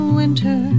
winter